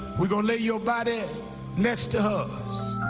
we'll lay your body next to hers.